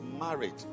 married